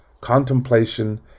contemplation